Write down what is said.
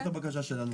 זאת הבקשה שלנו.